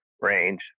range